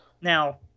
Now